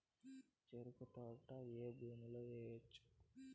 చెరుకు తోట ఏ భూమిలో వేయవచ్చు?